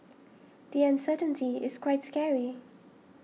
the uncertainty is quite scary